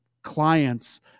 clients